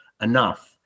enough